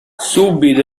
subito